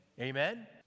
Amen